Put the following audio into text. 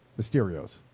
Mysterios